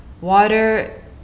water